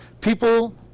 People